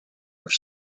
are